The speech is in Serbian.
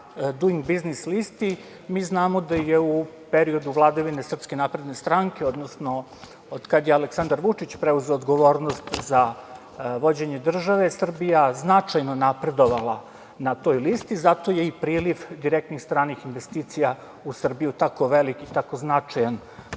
„Duing“ biznis listi. Mi znamo da je u periodu vladavine SNS, odnosno od kad je Aleksandar Vučić preuzeo odgovornost za vođenje države, Srbija je značajno napredovala na toj listi zato je i priliv direktnih stranih investicija u Srbiji tako velik i tako značajan